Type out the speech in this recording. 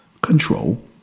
control